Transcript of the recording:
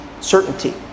Certainty